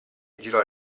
girò